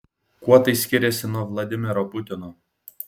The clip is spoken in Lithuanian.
kuo tai skiriasi nuo vladimiro putino